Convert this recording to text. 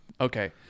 Okay